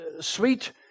sweet